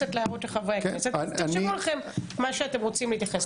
להערות של חברי הכנסת אז תרשמו את מה שאתם רוצים להתייחס.